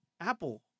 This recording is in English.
Apple